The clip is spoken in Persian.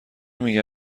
میگن